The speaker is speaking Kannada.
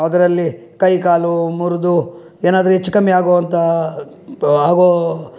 ಅದರಲ್ಲಿ ಕೈ ಕಾಲು ಮುರಿದು ಏನಾದ್ರೂ ಹೆಚ್ಚು ಕಮ್ಮಿ ಆಗುವಂಥ ಆಗೋ